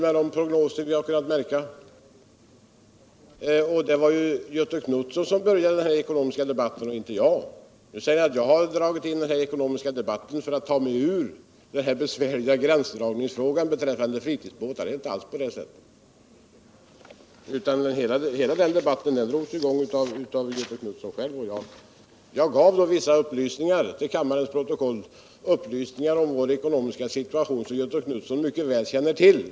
enligt de prognoser som vi nu har sett. Och det var Göthe Knutson som började denna ckonomiska debatt, inte jag. Han sade att jag har tagit upp de ekonomiska frågorna för att dra mig ur den besvärliga gränsdragnings frågan när det gäller friudsbåtar. Det är inte alls på det sättet. Hela den debatten drogs i gång uv Göthe Knutson själv. Jag gav bara till kammarens protokoll vissa upplysningar om vår ekonomiska situation. Det var sådant som Göthe Knutson mycket väl känner till.